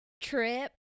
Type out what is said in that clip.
trip